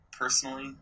personally